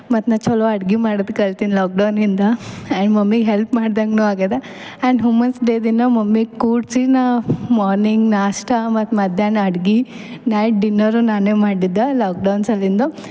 ಮತ್ತು ನಾ ಚಲೋ ಅಡಿಗೆ ಮಾಡದು ಕಲ್ತೀನಿ ಲಾಕ್ಡೌನ್ನಿಂದ ಆ್ಯಂಡ್ ಮಮ್ಮಿಗೆ ಹೆಲ್ಪ್ ಮಾಡ್ದಂಗು ಆಗ್ಯದ ಆ್ಯಂಡ್ ಹುಮ್ಮಸ್ಸು ಡೇ ದಿನ ಮಮ್ಮಿಗೆ ಕೂಡ್ಸಿ ನಾ ಮಾರ್ನಿಂಗ್ ನಾಷ್ಟ ಮತ್ತು ಮಧ್ಯಾಹ್ನ ಅಡಿಗೆ ನೈಟ್ ಡಿನ್ನರು ನಾನೇ ಮಾಡಿದ್ದ ಲ್ಯಾಕ್ಡೌನ್ಸ್ಲಿಂದ